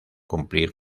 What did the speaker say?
cumplir